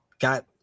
got